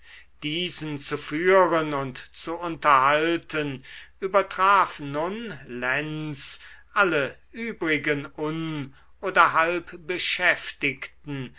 diesen zu führen und zu unterhalten übertraf nun lenz alle übrigen un oder